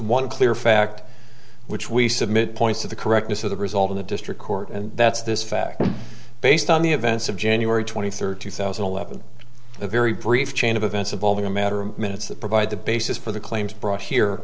one clear fact which we submit points to the correctness of the result in the district court and that's this fact based on the events of january twenty third two thousand and eleven a very brief chain of events of over matter of minutes that provide the basis for the claims brought here